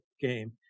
game